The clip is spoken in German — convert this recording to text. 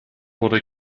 wurde